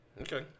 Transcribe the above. Okay